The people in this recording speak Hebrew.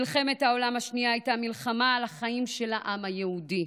מלחמת העולם השנייה הייתה מלחמה על החיים של העם היהודי,